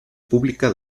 pública